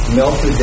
melted